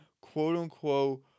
quote-unquote